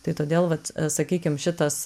tai todėl vat sakykim šitas